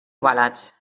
ovalats